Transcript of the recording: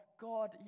God